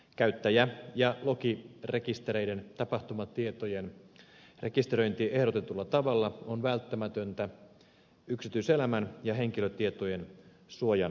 käyttäjä ja lokirekistereiden tapahtumatietojen rekisteröinti ehdotetulla tavalla on välttämätöntä yksityiselämän ja henkilötietojen suojan turvaamiseksi